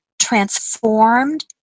transformed